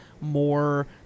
more